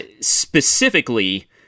specifically